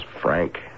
Frank